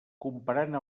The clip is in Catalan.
comparant